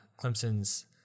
Clemson's